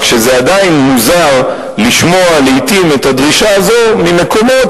רק שזה עדיין מוזר לשמוע לעתים את הדרישה הזו ממקומות